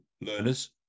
learners